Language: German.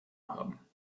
haben